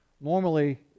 Normally